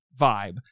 vibe